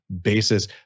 basis